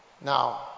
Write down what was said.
Now